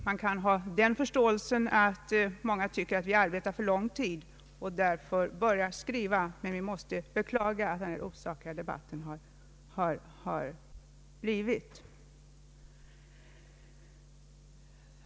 Man kan ha förståelse för att många tycker att vi arbetar för långsamt, men vi måste beklaga att denna osakliga debatt drivits.